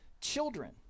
children